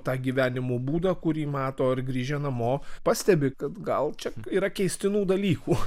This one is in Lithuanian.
tą gyvenimo būdą kurį mato ir grįžę namo pastebi kad gal čia yra keistinų dalykų